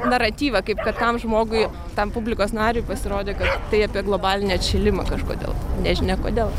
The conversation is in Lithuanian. naratyvą kaip kad tam žmogui tam publikos nariui pasirodė kad tai apie globalinį atšilimą kažkodėl nežinia kodėl